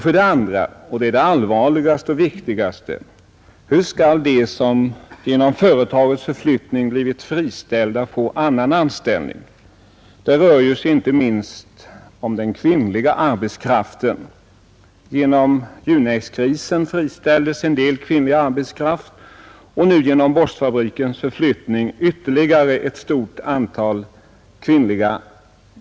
För det andra — och det är det allvarligaste och viktigaste — vill jag fråga hur de anställda som genom företagets förflyttning nu blir friställda skall få annan anställning. Det är en fråga som gäller inte minst den kvinnliga arbetskraften. Genom Junex-krisen friställdes en del kvinnlig arbetskraft, och nu friställs genom borstfabrikens förflyttning ytterligare ett stort antal kvinnor.